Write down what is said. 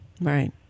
Right